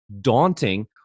daunting